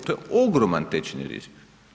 To je ogroman tečajan rizik.